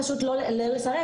לא לפרט